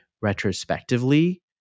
retrospectively